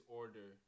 order